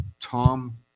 Tom